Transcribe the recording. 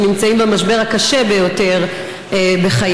שנמצאים במשבר הקשה ביותר בחייהם,